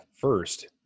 first